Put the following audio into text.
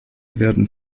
werden